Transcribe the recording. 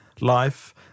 life